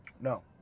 No